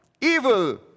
Evil